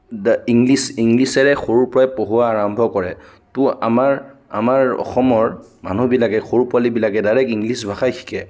English ইংলিছেৰে পঢ়োৱা সৰুৰে পৰা আৰম্ভ কৰে ত' আমাৰ আমাৰ অসমৰ মানুহবিলাকে সৰু পোৱালিবিলাকে ডাইৰেক্ট ইংলিছ ভাষাই শিকে